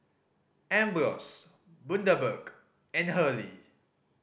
Ambros Bundaberg and Hurley